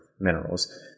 minerals